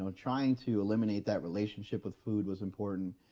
ah trying to eliminate that relationship with food was important.